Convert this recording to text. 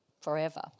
Forever